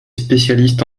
spécialiste